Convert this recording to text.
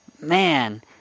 man